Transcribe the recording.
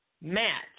match